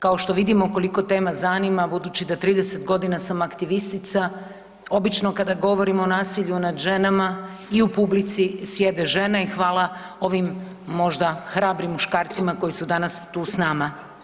Kao što vidimo, koliko tema zanima budući da 30 godina sam aktivistica, obično kada govorim o nasilju nad ženama i u publici sjede žena i hvala ovim možda hrabrim muškarcima koji su danas tu s nama.